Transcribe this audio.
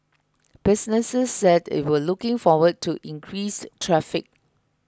businesses said it were looking forward to increased traffic